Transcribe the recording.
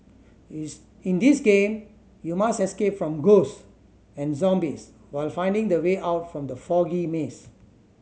is in this game you must escape from ghosts and zombies while finding the way out from the foggy maze